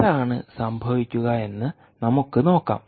എന്താണ് സംഭവിക്കുക എന്ന് നമുക്ക് നോക്കാം